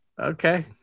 Okay